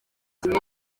gihe